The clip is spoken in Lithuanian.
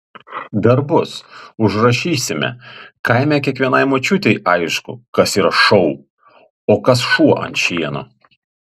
dar bus užrašysime kaime kiekvienai močiutei aišku kas yra šou o kas šuo ant šieno